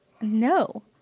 No